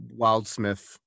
Wildsmith